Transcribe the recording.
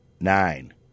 nine